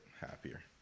happier